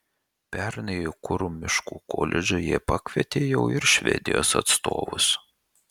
pernai į kuru miškų koledžą jie pakvietė jau ir švedijos atstovus